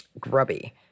grubby